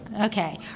Okay